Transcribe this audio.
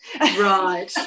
right